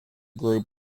group